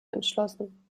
entschlossen